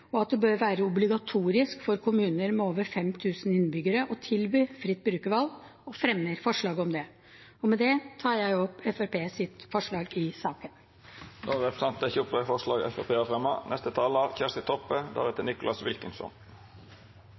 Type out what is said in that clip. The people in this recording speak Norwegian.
og at det bør være obligatorisk for kommuner med over 5 000 innbyggere å tilby fritt brukervalg, og vi fremmer forslag om det. Og med det tar jeg opp Fremskrittspartiets forslag i saken. Representanten Kari Kjønaas Kjos har teke opp det forslaget ho refererte til. Regjeringa har